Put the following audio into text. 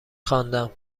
خواندم